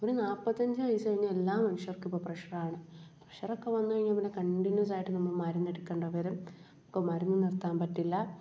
ഒരു നാൽപ്പത്തഞ്ച് വയസ്സ് കഴിഞ്ഞാൽ എല്ലാ മനുഷ്യർക്കും ഇപ്പം പ്രഷറാണ് പ്രഷറക്കെ വന്ന് കഴിഞ്ഞാൽ പിന്നെ കണ്ടിന്യൂസായിട്ട് നമ്മൾ മരുന്നെടുക്കെണ്ടി വരും അപ്പോൾ മരുന്ന് നിർത്താൻ പറ്റില്ല